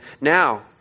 now